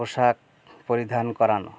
পোশাক পরিধান করানো